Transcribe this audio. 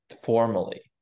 formally